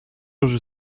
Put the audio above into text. nature